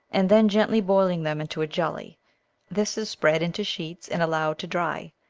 and then gently boiling them into a jelly this is spread into sheets and allowed to dry.